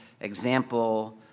example